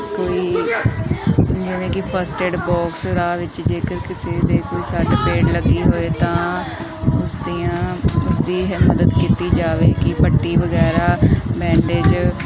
ਕੋਈ ਜਿਵੇਂ ਕਿ ਫਰਸਟ ਏਡ ਬਾਕਸ ਰਾਹ ਵਿੱਚ ਜੇਕਰ ਕਿਸੇ ਦੇ ਕੋਈ ਸੱਟ ਫੇਟ ਲੱਗੀ ਹੋਏ ਤਾਂ ਉਸਦੀਆਂ ਉਸਦੀ ਇਹ ਮਦਦ ਕੀਤੀ ਜਾਵੇ ਕਿ ਪੱਟੀ ਵਗੈਰਾ ਬੈਂਡੇਜ